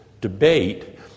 debate